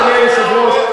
אדוני היושב-ראש,